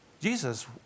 Jesus